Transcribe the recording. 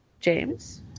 james